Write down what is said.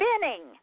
spinning